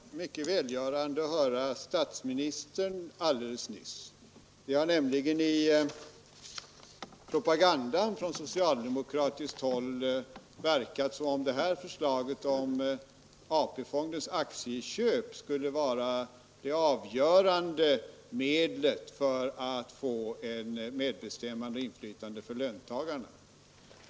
Herr talman! Det var mycket välgörande att höra statsministern alldeles nyss. Det har nämligen i propagandan från socialdemokratiskt håll verkat som om förslaget om AP-fondernas aktieköp skulle vara det avgörande medlet för att få medbestämmande och inflytande för löntagarna.